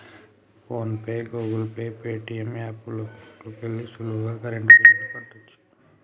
phone pay, Google Pay, Paytm app లోకెల్లి సులువుగా current బిల్లుల్ని కట్టచ్చు